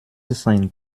sein